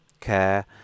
care